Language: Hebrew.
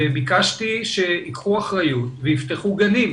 וביקשתי שייקחו אחריות ויפתחו גנים.